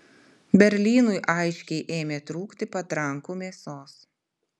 berlynui aiškiai ėmė trūkti patrankų mėsos